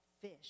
fish